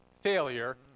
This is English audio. failure